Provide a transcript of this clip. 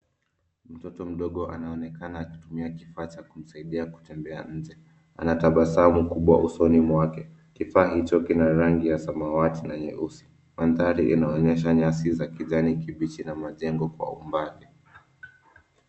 Mtoto mdogo anaonekana akitumia kifaa cha kumsaidia kutembea nje. Anatabasamu kubwa usoni mwake. Kifaa hicho kina rangi ya samawati na nyeusi. Mandhari inaonyesha nyasi za kijani kibichi na majengo kwa umbali.